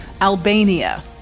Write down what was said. Albania